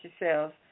yourselves